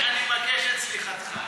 אני מבקש את סליחתך.